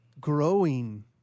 growing